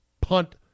punt